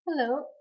Hello